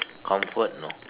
comfort you know